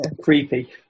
creepy